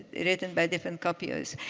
written by different copiers.